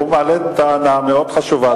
הוא מעלה טענה חשובה מאוד,